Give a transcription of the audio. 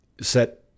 set